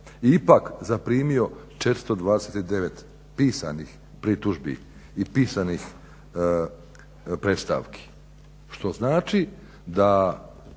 ipak zaprimio 429 pisanih pritužbi i pisanih predstavki, što znači da,